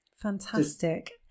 fantastic